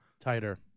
Tighter